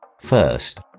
First